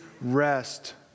rest